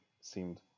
seemed